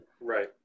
Right